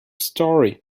story